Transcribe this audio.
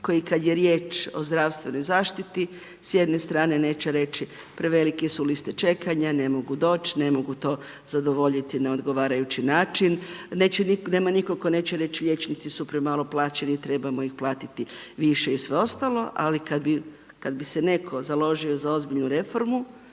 koji kada je riječ o zdravstvenoj zaštiti s jedne strane neće reći prevelike su liste čekanja, ne mogu doći, ne mogu to zadovoljiti na odgovarajući način, neće nitko, nema nitko tko neće reći liječnici su premalo plaćeni, trebamo ih platiti više i sve ostalo ali kada bi se netko založio za ozbiljnu reformu